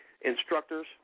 instructors